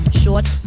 short